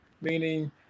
meaning